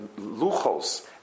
luchos